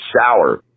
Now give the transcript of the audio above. sour